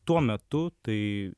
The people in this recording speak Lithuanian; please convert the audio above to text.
tuo metu tai